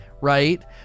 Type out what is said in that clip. right